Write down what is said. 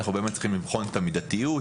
אנחנו צריכים לבחון את המידתיות,